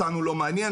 אותנו לא מעניין,